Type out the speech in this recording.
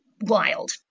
wild